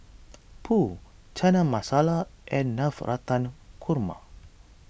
Pho Chana Masala and Navratan Korma